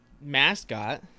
mascot